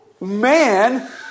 man